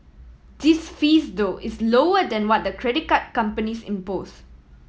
this fees though is lower than what the credit card companies impose